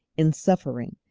in suffering,